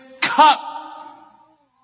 cup